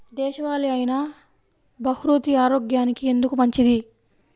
దేశవాలి అయినా బహ్రూతి ఆరోగ్యానికి ఎందుకు మంచిది?